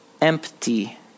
empty